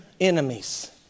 enemies